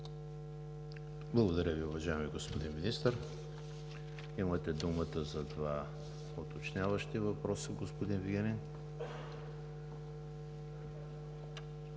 Благодаря Ви, уважаеми господин Министър. Имате думата за два уточняващи въпроса, господин Вигенин.